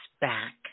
back